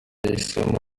yahisemo